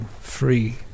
free